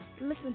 listen